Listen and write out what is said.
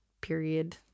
period